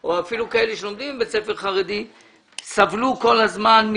או אפילו כאלה שלומדים בבית ספר חרדי סבלו כל הזמן.